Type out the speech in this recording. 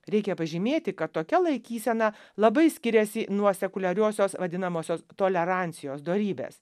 reikia pažymėti kad tokia laikysena labai skiriasi nuo sekuliariosios vadinamosios tolerancijos dorybės